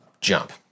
jump